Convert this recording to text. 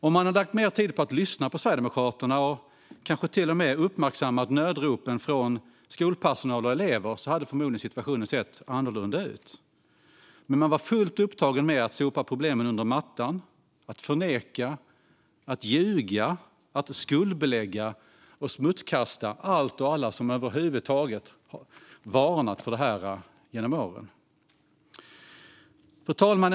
Om man hade lagt mer tid på att lyssna på Sverigedemokraterna och kanske till och med uppmärksammat nödropen från skolpersonal och elever hade förmodligen situationen sett annorlunda ut. Men man var fullt upptagen med att sopa problemen under mattan, att förneka, att ljuga och att skuldbelägga och smutskasta allt och alla som över huvud taget varnat för detta genom åren. Fru talman!